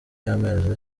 y’amezi